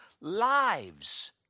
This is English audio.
lives